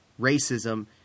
racism